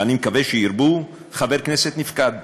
ואני מקווה שירבו, חבר כנסת נפקד.